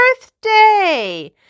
birthday